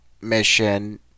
mission